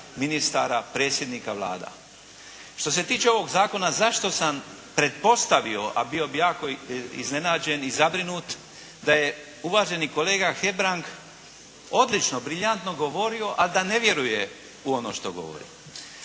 ministara, predsjednika Vlada. Što se tiče ovog Zakona zašto sam pretpostavio, a bio bi jako iznenađen i zabrinut da je uvaženi kolega Hebrang odlično, briljantno govorio, a da ne vjeruje u ono što govori.